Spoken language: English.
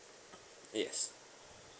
yes